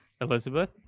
Elizabeth